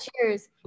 cheers